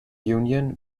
union